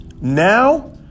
Now